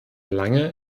lange